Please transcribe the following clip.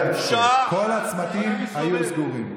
הכול היה הפקר, כל הצמתים היו סגורים.